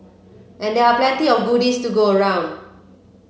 and there are plenty of goodies to go around